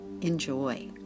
Enjoy